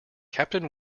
captain